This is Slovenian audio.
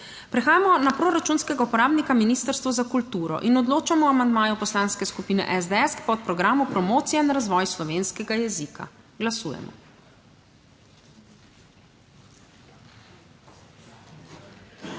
Prehajamo na proračunskega uporabnika Ministrstvo za kulturo. Odločamo o amandmaju Poslanske skupine SDS k podprogramu Promocija in razvoj slovenskega jezika. Glasujemo.